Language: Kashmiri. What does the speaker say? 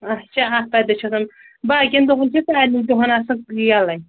اَچھا آتھوارِ دۄہ چھُ آسان باقِیَن دۄہن چھُ سارنی دۄہن آسان یہِ یَلَے